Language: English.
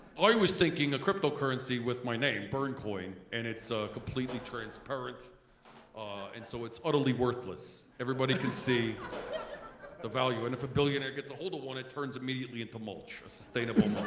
i was thinking a cryptocurrency with my name, bern coin and it's completely transparent and so it's utterly worthless. everybody can see the value and if a billionaire gets a hold of one, it turns immediately into mulch, sustainable